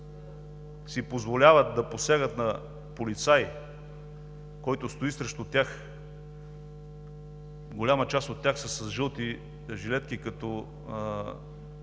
си позволяват да посягат на полицай, който стои срещу тях: голяма част от тях са с жълти жилетки като